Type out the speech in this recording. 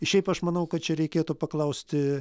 šiaip aš manau kad čia reikėtų paklausti